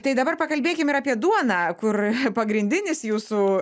tai dabar pakalbėkim ir apie duoną kur pagrindinis jūsų